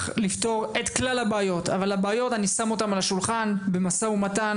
לפתור את כלל הבעיות אבל הבעיות - אני שם אותן על השולחן במשא ומתן.